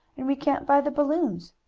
and we can't buy the balloons.